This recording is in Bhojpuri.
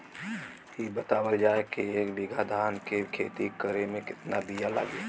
इ बतावल जाए के एक बिघा धान के खेती करेमे कितना बिया लागि?